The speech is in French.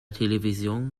télévision